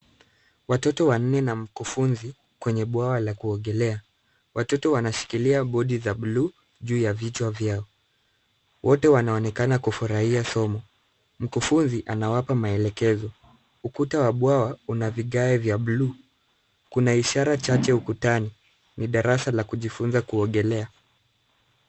Watoto wanne na mkufunzi kwenye bwawa la kuogelea. Watoto wanashikilia bodi za bluu juu ya vichwa vyao. Wote wanaonekana kufurahia somo. Mkufunzi anawaza maelezo. Ukuta wa bwawa una vigae vya bluu. Kuna ishara chache ukutani. Ni darasa la kuogelea.